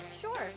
Sure